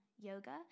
Yoga